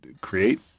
create